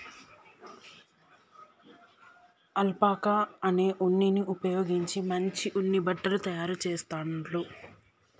alpaca అనే ఉన్నిని ఉపయోగించి మంచి ఉన్ని బట్టలు తాయారు చెస్తాండ్లు